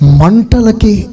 Mantalaki